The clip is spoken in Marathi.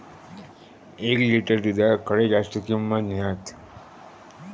एक लिटर दूधाक खडे जास्त किंमत मिळात?